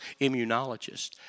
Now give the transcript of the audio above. immunologist